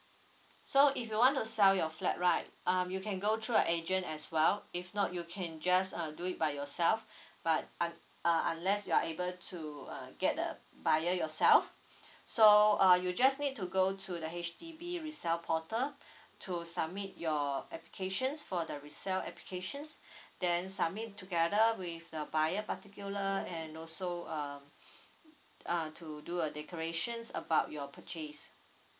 so if you want to sell your flat right um you can go through a agent as well if not you can just uh do it by yourself but un~ uh unless you are able to uh get the buyer yourself so uh you just need to go to the H_D_B resell portal to submit your applications for the resell applications then submit together with the buyer particular and also uh err to do a decoration about your purchase